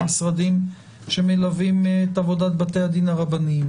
המשרדים שמלווים את עבודת בתי הדין הרבניים,